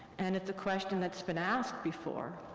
and it's a question that's been asked before,